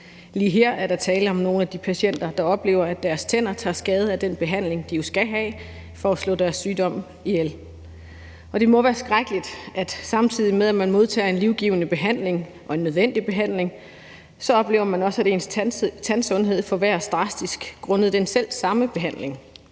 Lige her er der tale om nogle af de patienter, der oplever, at deres tænder tager skade af den behandling, de jo skal have, for at slå deres sygdom ihjel. Og det må være skrækkeligt, at man, samtidig med man modtager en livgivende behandling og en nødvendig behandling, også oplever, at ens tandsundhed forværres drastisk grundet den selv samme behandling.